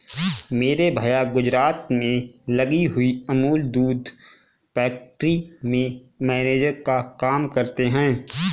मेरे भैया गुजरात में लगी हुई अमूल दूध फैक्ट्री में मैनेजर का काम करते हैं